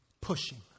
pushing